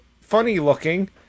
funny-looking